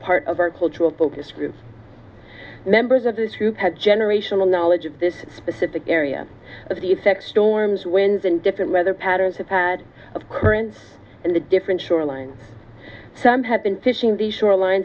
part of our cultural focus groups members of this group had generational knowledge of this specific area of the effects storms winds and different weather patterns have had of currents and the different shoreline some have been fishing the shoreline